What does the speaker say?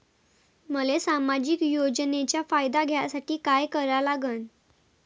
मले सामाजिक योजनेचा फायदा घ्यासाठी काय करा लागन?